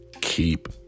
keep